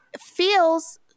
feels